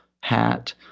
hat